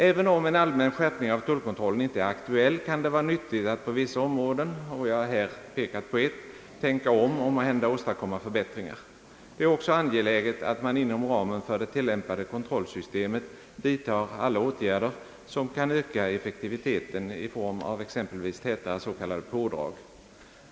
Även om en allmän skärpning av tullkontrollen inte är aktuell, kan det vara nyttigt ait på vissa områden — jag har här pekat på ett — tänka om och måhända åstadkomma förbättringar. Det är också angeläget att man inom ramen för det tillämpade kontrollsystemet vidtar alla åtgärder som kan öka effektiviteten, exempelvis i form av tätare s.k. pådrag.